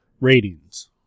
Ratings